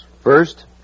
First